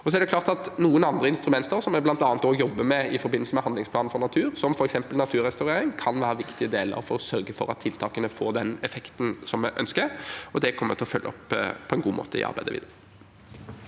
noen andre instrumenter som vi bl.a. jobber med i forbindelse med handlingsplanen for natur, som f.eks. naturrestaurering, kan være viktige deler for å sørge for at tiltakene får den effekten vi ønsker. Det kommer vi til å følge opp på en god måte i arbeidet videre.